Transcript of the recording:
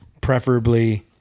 Preferably